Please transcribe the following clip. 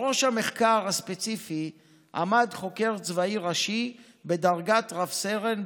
בראש המחקר הספציפי עמד חוקר צבאי ראשי בדרגת רב-סרן,